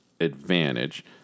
advantage